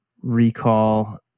recall